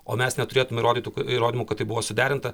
o mes neturėtume įrodytų įrodymų kad tai buvo suderinta